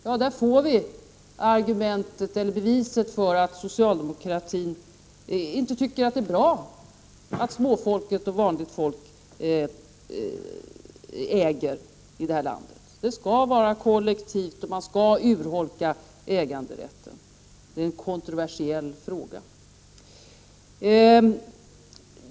Ja, där får vi beviset för att socialdemokratin inte tycker att det är bra att vanligt folk äger i det här landet. Det skall ske kollektivt, och man skall urholka äganderätten; det är en kontroversiell fråga.